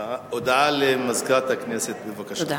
הודעה למזכירת הכנסת, בבקשה.